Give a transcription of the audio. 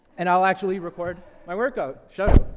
and i'll actually record my work out shout out.